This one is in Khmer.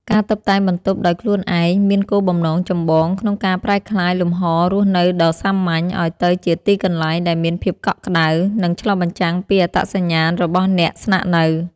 ការតុបតែងបន្ទប់ដោយខ្លួនឯងមានគោលបំណងចម្បងក្នុងការប្រែក្លាយលំហរស់នៅដ៏សាមញ្ញ ឱ្យទៅជាទីកន្លែងដែលមានភាពកក់ក្ដៅ និងឆ្លុះបញ្ចាំងពីអត្តសញ្ញាណរបស់អ្នកស្នាក់នៅ។